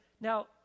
now